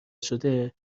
شده